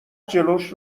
جلوش